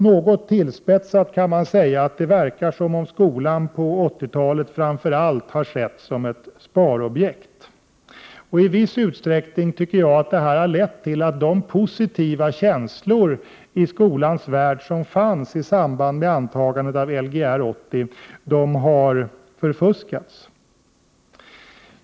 Något tillspetsat kan man säga att det verkar som om skolan på 80-talet framför allt setts som ett sparobjekt. De positiva känslor som fanns i skolans värld i samband med antagandet av Lgr 80 har i viss utsträckning försvunnit.